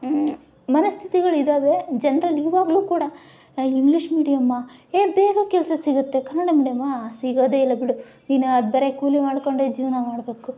ಮನಸ್ಥಿತಿಗಳು ಇದ್ದಾವೆ ಜನ್ರಲ್ಲಿ ಇವಾಗಲೂ ಕೂಡ ಇಂಗ್ಲೀಷ್ ಮೀಡಿಯಮ್ಮಾ ಹೇ ಬೇಗ ಕೆಲಸ ಸಿಗುತ್ತೆ ಕನ್ನಡ ಮೀಡಿಯಮ್ಮಾ ಸಿಗೋದೇ ಇಲ್ಲ ಬಿಡು ನೀನು ಅದು ಬೇರೆ ಕೂಲಿ ಮಾಡಿಕೊಂಡೇ ಜೀವನ ಮಾಡಬೇಕು